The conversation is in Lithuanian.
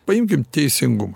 paimkim teisingumą